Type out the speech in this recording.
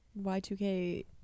Y2K